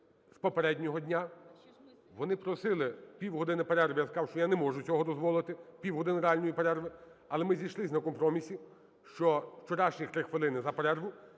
з попереднього дня. Вони просили півгодини перерви, я сказав, що я не можу цього дозволити – півгодини реальної перерви. Але ми зійшлися компромісі, що вчорашніх 3 хвилини за перерву